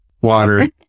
Water